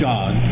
God